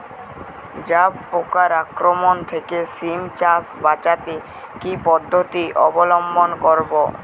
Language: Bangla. জাব পোকার আক্রমণ থেকে সিম চাষ বাচাতে কি পদ্ধতি অবলম্বন করব?